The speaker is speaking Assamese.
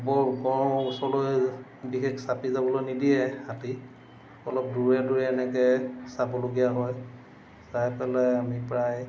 বৰ গঁড়ৰ ওচৰলৈ বিশেষ চাপি যাবলৈ নিদিয়ে হাতী অলপ দূৰে দূৰে এনেকৈ চাবলগীয়া হয় চাই পেলাই আমি প্ৰায়